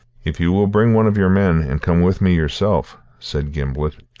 if you will bring one of your men, and come with me yourself, said gimblet,